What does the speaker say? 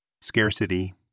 Scarcity